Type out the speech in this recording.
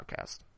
podcast